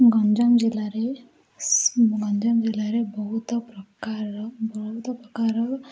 ଗଞ୍ଜାମ ଜିଲ୍ଲାରେ ଗଞ୍ଜାମ ଜିଲ୍ଲାରେ ବହୁତ ପ୍ରକାର ବହୁତ ପ୍ରକାର